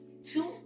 Two